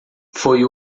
foi